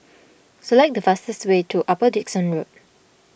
select the fastest way to Upper Dickson Road